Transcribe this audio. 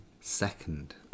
Second